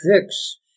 fix